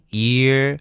year